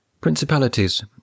Principalities